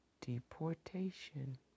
deportation